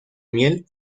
miel